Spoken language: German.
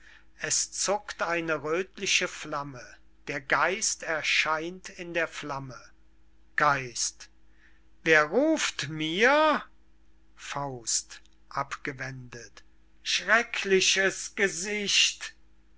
es zuckt eine röthliche flamme der geist erscheint in der flamme wer ruft mir faust abgewendet schreckliches gesicht